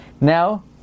Now